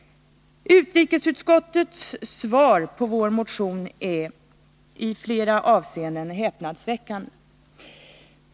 Utrikesutskottets svar på vår motion är i flera avseenden häpnadsväckande.